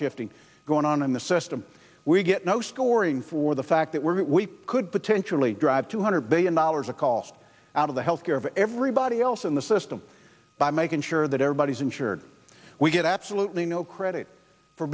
shifting going on in the system we get no story for the fact that we could potentially drive two hundred billion dollars a call out of the health care of everybody else in the system by making sure that everybody's insured we get absolutely no credit for